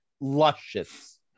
Luscious